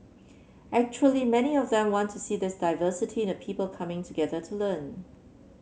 actually many of them want to see this diversity in the people coming together to learn